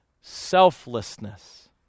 Selflessness